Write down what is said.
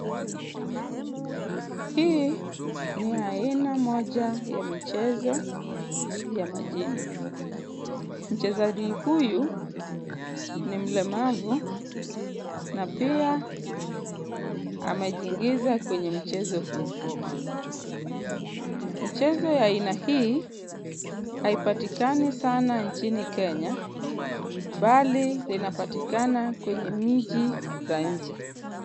Hii ni aina moja ya michezo ya majini. Mchezaji huyu ni mlemavu na pia amejiingiza kwenye mchezo huu. Mchezo ya aina hii haipatikani sana nchini Kenya bali linapatikana kwenye miji za nje.